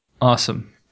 Awesome